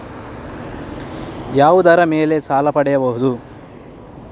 ಯಾವುದರ ಮೇಲೆ ಸಾಲ ಪಡೆಯಬಹುದು?